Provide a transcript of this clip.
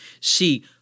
See